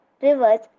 rivers